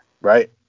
Right